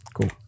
Cool